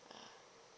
ah